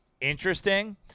interesting